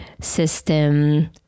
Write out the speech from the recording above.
system